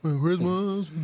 Christmas